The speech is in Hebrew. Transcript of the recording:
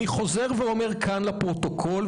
אני חוזר ואומר כאן לפרוטוקול,